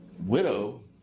widow